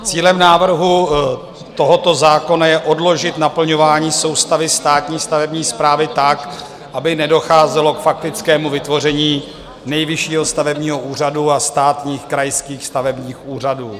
Cílem návrhu tohoto zákona je odložit naplňování soustavy státní stavební správy tak, aby nedocházelo k faktickému vytvoření Nejvyššího stavebního úřadu a státních krajských stavebních úřadů.